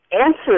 answer